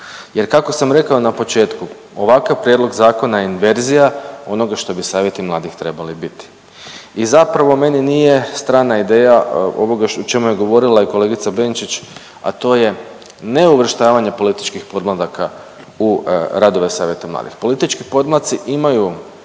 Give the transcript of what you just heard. Jer kako sam rekao na početku ovakav prijedlog zakona je inverzija onoga što bi savjeti mladih trebali biti. I zapravo meni nije strana ideja ovoga o čemu je govorila i kolegica Benčić, a to je neuvrštavanje političkih podmladaka u radove savjeta mladih. Politički podmlaci imaju